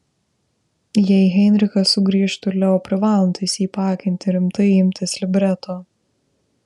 jei heinrichas sugrįžtų leo privalantis jį paakinti rimtai imtis libreto